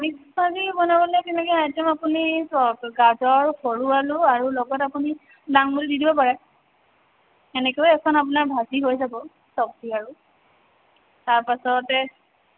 mix bhaji বনাবলে তেনেকে item আপুনি চাওক গাজৰ সৰু আলু আৰু লগত আপুনি দাংবদি দি দিব পাৰে তেনেকৈ এখন আপোনাৰ ভাজি হৈ যাব চবজি আৰু তাৰপাছতে